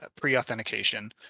pre-authentication